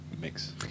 mix